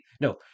No